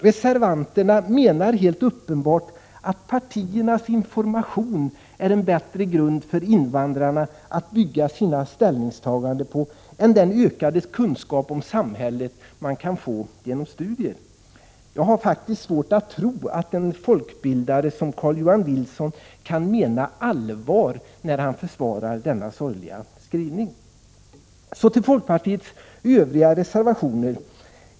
Reservanterna menar helt uppenbart att partiernas information är en bättre grund för invandrarna att bygga sina ställningstaganden på än den ökade kunskap om samhället som de kan få genom studier. Jag har faktiskt svårt att tro att folkbildare som Carl-Johan Wilson kan mena allvar när han försvarar denna sorgliga skrivning. Så till folkpartiets övriga reservationer.